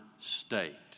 state